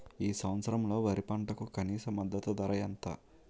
ఈ సంవత్సరంలో వరి పంటకు కనీస మద్దతు ధర ఎంత?